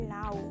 now